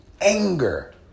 anger